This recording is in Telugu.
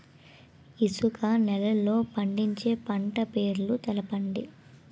ఇసుక నేలల్లో పండించే పంట పేర్లు తెలపండి?